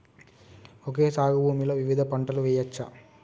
Okay సాగు భూమిలో వివిధ పంటలు వెయ్యచ్చా?